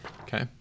Okay